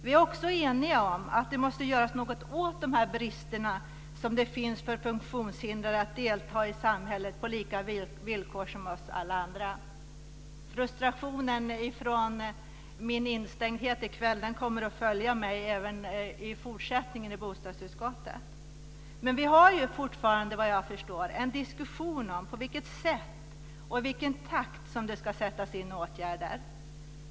Vi är också eniga om att det måste göras något åt de brister som finns för funktionshindrade att delta i samhället på lika villkor som alla andra. Frustrationen från min instängdhet i kväll kommer att följa mig även i fortsättningen i bostadsutskottet. Vi har fortfarande en diskussion om på vilket sätt och i vilken takt som det ska sättas in åtgärder.